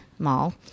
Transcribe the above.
mall